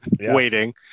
waiting